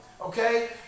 okay